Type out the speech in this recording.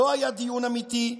לא היה דיון אמיתי.